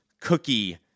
cookie